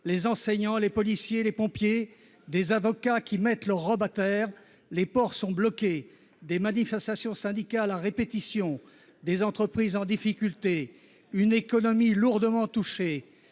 des enseignants, des policiers et des pompiers, les avocats qui mettent leur robe à terre, ports bloqués, manifestations syndicales à répétition, entreprises en difficulté, une économie lourdement touchée,